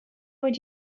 would